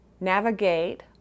navigate